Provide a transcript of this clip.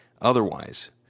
Otherwise